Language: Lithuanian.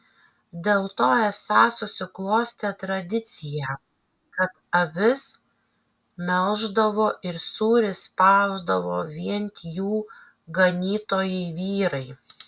dėl to esą susiklostė tradicija kad avis melždavo ir sūrį spausdavo vien jų ganytojai vyrai